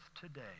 today